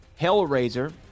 Hellraiser